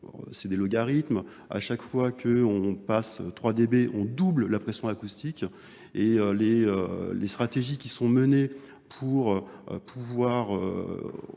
c'est des logarithmes à chaque fois qu'on passe 3db on double la pression acoustique et les stratégies qui sont menées pour pouvoir